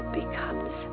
becomes